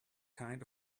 kind